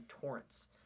torrents